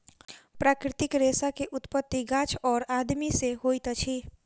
प्राकृतिक रेशा के उत्पत्ति गाछ और आदमी से होइत अछि